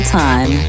time